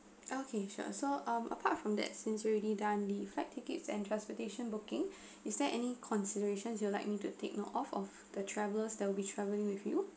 okay sure so um apart from that since you already done the flight tickets and transportation booking is there any considerations you are likely to take note of the travelers that will be travelling with you